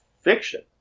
fiction